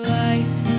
life